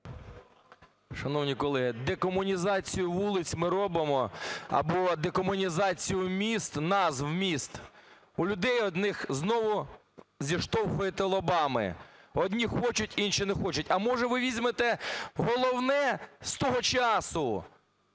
Шановні колеги, декомунізацію вулиць ми робимо або декомунізацію міст, назв міст. У людей одних знову зіштовхуєте лобами: одні хочуть, інші не хочуть. А може ви візьмете головне з того часу